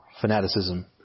fanaticism